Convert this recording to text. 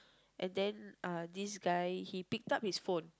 and then uh this guy he picked up his phone